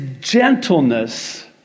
gentleness